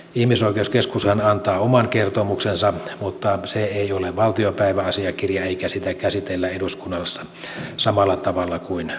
ihmisoikeuskeskushan antaa oman kertomuksensa mutta se ei ole valtiopäiväasiakirja eikä sitä käsitellä eduskunnassa samalla tavalla kuin oikeusasiamiehen kertomusta